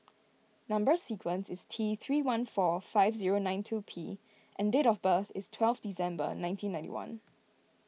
Number Sequence is T three one four five zero nine two P and date of birth is twelve December nineteen ninety one